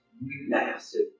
massive